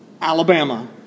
Alabama